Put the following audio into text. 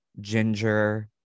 ginger